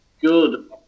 Good